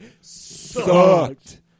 sucked